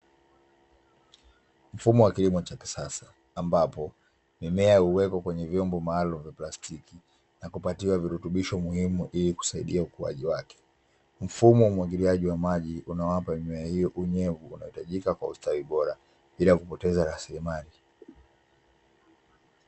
Mfumo wa kilimo cha kisasa ambapo mimea huwekwa kwenye vyombo maalum vya plastiki, na kupatiwa virutubisho muhimu ili kusaidia ukujaji wake. Mfumo wa umwagiliaji wa maji unawapa mimea hiyo unyevu unaohitajika kwa ustawi bora, bila kupoteza rasilimali.